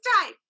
time